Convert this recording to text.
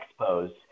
expos